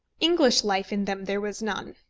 english life in them there was none.